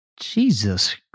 Jesus